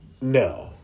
no